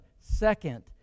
second